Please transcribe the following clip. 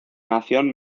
nación